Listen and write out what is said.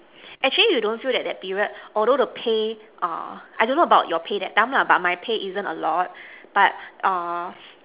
actually you don't feel that that period although the pay uh I don't know about your pay that time lah but my pay isn't a lot but uh